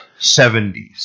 70s